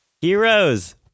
Heroes